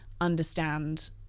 understand